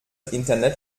internet